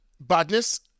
Badness